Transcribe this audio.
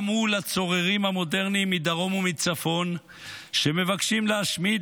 גם מול הצוררים המודרניים מדרום ומצפון שמבקשים "להשמיד